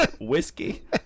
Whiskey